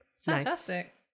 fantastic